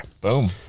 Boom